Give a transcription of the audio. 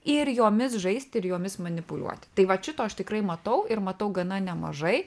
ir jomis žaisti ir jomis manipuliuoti tai vat šito aš tikrai matau ir matau gana nemažai